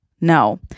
No